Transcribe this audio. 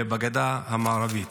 בגדה המערבית.